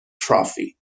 trophy